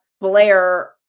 Blair